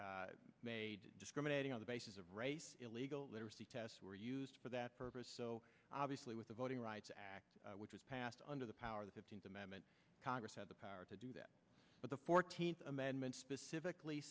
discriminating on the basis of race illegal literacy tests were used for that purpose so obviously with the voting rights act which was passed under the power the fifteenth amendment congress had the power to do that but the fourteenth amendment specifically